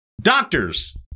doctors